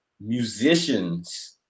musicians